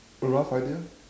rough idea